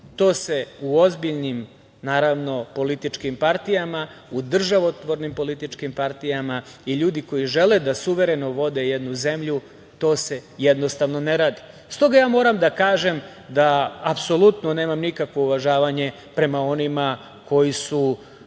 to se u ozbiljnim političkim partijama, u državotvornim političkim partijama i ljudi koji žele da suvereno vode jednu zemlju, to se, jednostavno, ne radi. Stoga, moram da kažem da apsolutno nemam nikakvo uvažavanje prema onima koji su